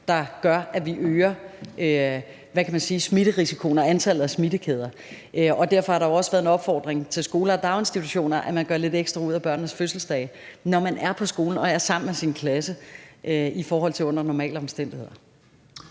der gør, at vi øger smitterisikoen og antallet af smittekæder. Derfor har der også været en opfordring til skoler og daginstitutioner om, at man gør lidt ekstra ud af børnenes fødselsdag, når man er på skolen og er sammen med sin klasse, i forhold til under normale omstændigheder.